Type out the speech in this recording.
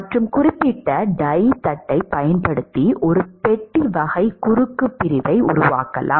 மற்றும் குறிப்பிட்ட டை பிளேட்டைப் பயன்படுத்தி ஒரு பெட்டி வகை குறுக்கு பிரிவை உருவாக்கலாம்